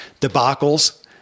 debacles